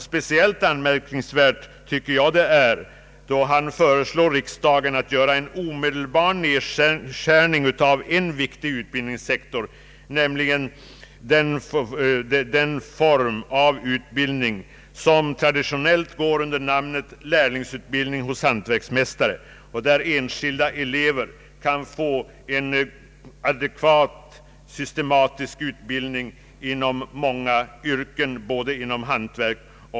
Speciellt anmärkningsvärt är förslaget att omedelbart skära ned en viktig utbildningssektor, nämligen den som traditionellt går under namnet lärlingsutbildning hos hantverksmästare, där enskilda elever kan få en adekvat, systematisk utbildning.